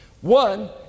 one